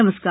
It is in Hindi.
नमस्कार